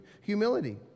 humility